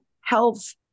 health